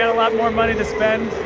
ah lot more money to spend.